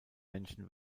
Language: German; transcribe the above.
menschen